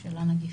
של הנגיף.